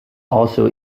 also